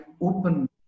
open